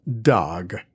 dog